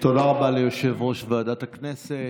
תודה רבה ליושב-ראש ועדת הכנסת.